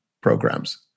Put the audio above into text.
programs